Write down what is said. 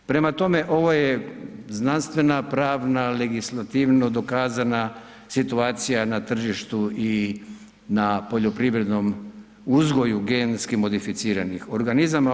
Prema tome ovo je znanstvena, pravna legislativno dokazana situacija na tržištu i na poljoprivrednom uzgoju genetski modificiranih organizama.